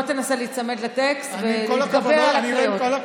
בוא תנסה להיצמד לטקסט ולהתגבר על הקריאות.